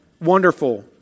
Wonderful